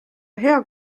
hea